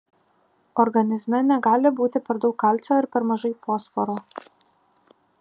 organizme negali būti per daug kalcio ir per mažai fosforo